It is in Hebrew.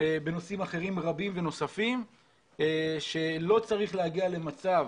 בנושאים אחרים רבים ונוספים שלא צריך להגיע למצב